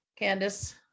Candice